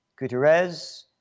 Guterres